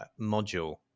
module